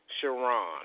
Sharon